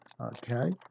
okay